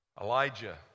Elijah